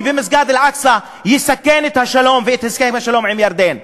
במסגד אל-אקצא יסכן את השלום ואת הסכם השלום עם ירדן.